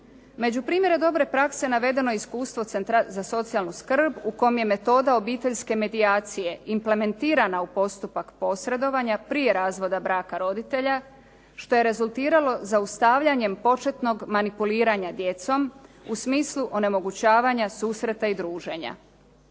Među primjere dobre prakse navedeno iskustvo za socijalnu skrb u kom je metoda obiteljske medijacije, implementirana u postupak posredovanja prije razvoda braka roditelja što je rezultiralo zaustavljanjem početnog manipuliranja djecom u smislu onemogućavanja susreta i druženja.